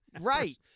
Right